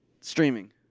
Streaming